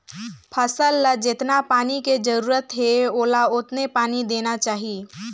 फसल ल जेतना पानी के जरूरत हे ओला ओतने पानी देना चाही